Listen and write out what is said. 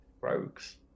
Rogues